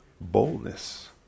Boldness